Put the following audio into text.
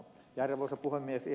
ihan lyhyesti